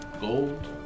gold